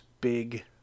big